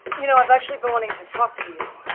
you know, i've actually been wanting to talk to you.